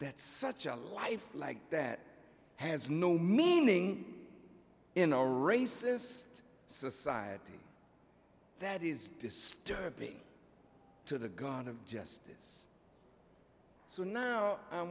that such a life like that has no meaning in a racist society that is disturbing to the god of justice so now i